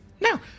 No